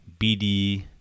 BD